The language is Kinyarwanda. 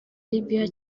libya